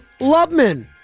Lubman